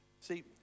See